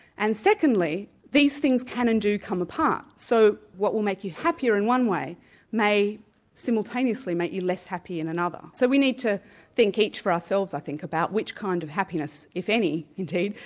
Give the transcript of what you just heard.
and secondly, these things can and do come apart. so what will make you happier in one way may simultaneously make you less happy in another. so we need to think each for ourselves i think, about which kind of happiness, if any indeed,